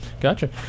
gotcha